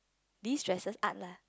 distresses art lah